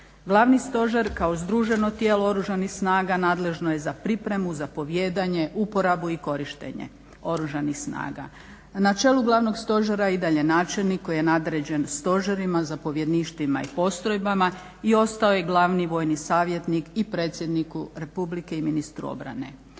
Glavni stožer kao združeno tijelo Oružanih snaga nadležno je za pripremu, zapovijedanje, uporabu i korištenje Oružanih snaga. Na čelu Glavnog stožera i dalje je načelnik koji je nadređen stožerima, zapovjedništvima i postrojbama i ostao je Glavni vojni savjetnik i predsjedniku Republike i ministru obrane.